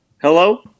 Hello